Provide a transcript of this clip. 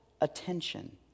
attention